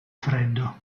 freddo